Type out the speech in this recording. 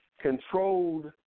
controlled